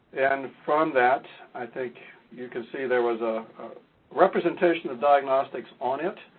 and from that, i think, you can see there was a representation of diagnostics on it.